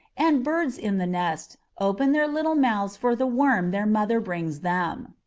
and birds in the nest, open their little mouths for the worm their mother brings them.